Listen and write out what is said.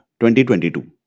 2022